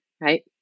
Right